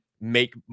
make